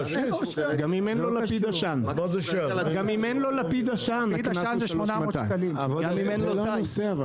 גם אם אין לו לפיד עשן הקנס זה 3,200. לפיד עשן זה 800 שקלים.